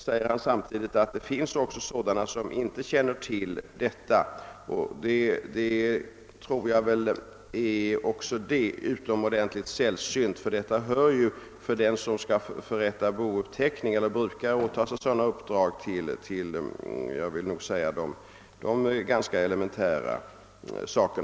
Herr talman! Jag har inte mycket att tillägga. Som herr Börjesson i Falköping själv framhållit är det fråga om ganska sällsynta fall. Herr Börjesson säger att han tror att skickliga boutredningsmän känner till de möjligheter som finns att avträda dödsboets förvaltning till boutredningsman samtidigt som han säger att det också finns sådana boutredningsmän som inte känner till dessa möjligheter.